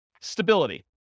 Stability